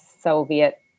Soviet